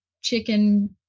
chicken